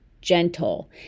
gentle